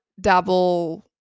dabble